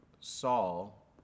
Saul